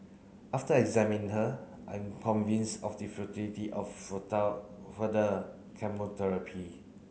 after examine her I am convinced of the of further chemotherapy